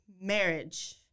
marriage